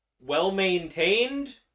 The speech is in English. Well-maintained